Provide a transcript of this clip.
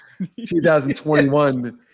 2021